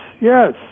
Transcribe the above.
yes